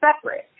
separate